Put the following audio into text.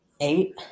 Eight